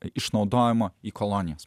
išnaudojimo į kolonijas